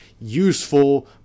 useful